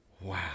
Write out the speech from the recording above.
Wow